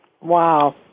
Wow